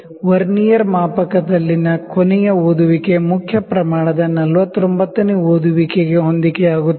vernier ಮಾಪಕದಲ್ಲಿನ ಕೊನೆಯ reading main scale ದ 49 ನೇ ರೀಡಿಂಗ್ ಗೆ ಹೊಂದಿಕೆಯಾಗುತ್ತದೆ